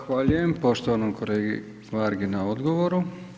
Zahvaljujem poštovanom kolegi Vargi na odgovoru.